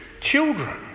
children